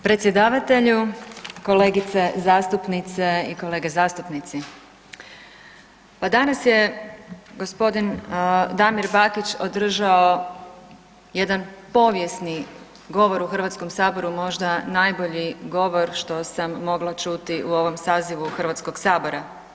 Predsjedavatelju, kolegice zastupnice i kolege zastupnici, pa danas je gospodin Damir Bakić održao jedan povijesni govor u Hrvatskom saboru možda najbolji govor što sam mogla čuti u ovom sazivu Hrvatskog sabora.